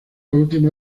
última